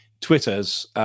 Twitter's